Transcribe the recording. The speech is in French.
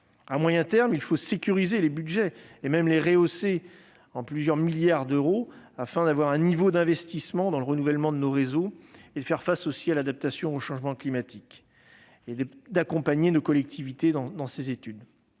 À moyen terme, il faudra sécuriser les budgets, et même les rehausser de plusieurs milliards d'euros afin de parvenir à un niveau d'investissement à la hauteur des besoins de renouvellement de nos réseaux, de faire face à l'adaptation au changement climatique et d'accompagner nos collectivités dans ces évolutions.